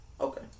Okay